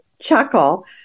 chuckle